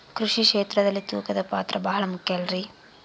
ಕೃಷಿ ಕ್ಷೇತ್ರದಲ್ಲಿ ತೂಕದ ಪಾತ್ರ ಬಹಳ ಮುಖ್ಯ ಅಲ್ರಿ?